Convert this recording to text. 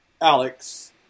alex